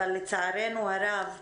אבל לצערנו הרב,